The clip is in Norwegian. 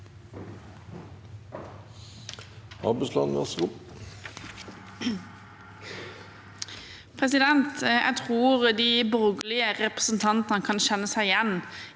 Jeg tror de borgerlige representantene kan kjenne seg igjen